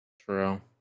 True